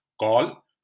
call